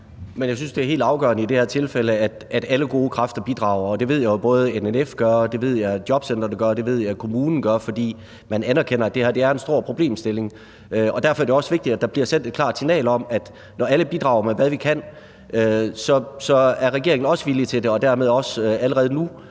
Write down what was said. jeg synes, at det er helt afgørende i det her tilfælde, at alle gode kræfter bidrager, og det ved jeg jo at både NNF gør og at jobcenteret gør og at kommunen gør, fordi man anerkender, at det her er en stor problemstilling. Derfor er det også vigtigt, at der bliver sendt et klart signal om, at når alle bidrager med, hvad vi kan, så er regeringen også villig til det, og dermed har man også allerede nu